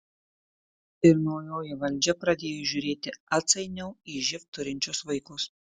ir naujoji valdžia pradėjo žiūrėti atsainiau į živ turinčius vaikus